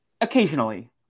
occasionally